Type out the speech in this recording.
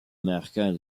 marquant